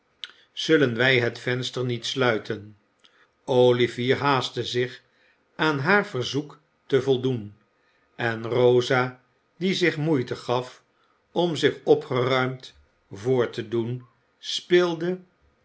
zullen wij het venster niet sluiten olivier haastte zich aan haar verzoek te voldoen en rosa die zich moeite gaf om zich or geruimd voor te doen speelde